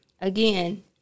again